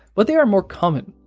but they are more common.